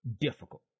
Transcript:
difficult